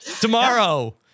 Tomorrow